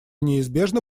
неизбежно